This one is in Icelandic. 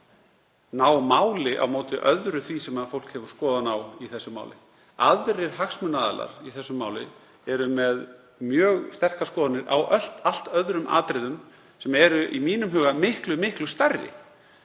ná máli á móti öðru því sem fólk hefur skoðun á í þessu máli. Aðrir hagsmunaaðilar í þessu máli eru með mjög sterkar skoðanir á allt öðrum atriðum sem eru í mínum huga miklu stærri.